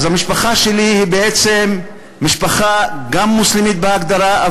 אז המשפחה שלי היא בעצם גם משפחה מוסלמית בהגדרה,